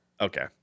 okay